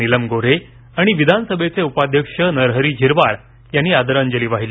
Neelam Gorhe आणि विधानसभेचे उपाध्यक्ष नरहरी झिरवाळ यांनी आदरांजली वाहिली